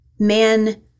Man